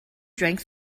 drank